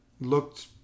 looked